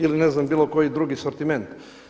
Ili ne znam bilo koji drugi sortiment.